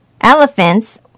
Elephants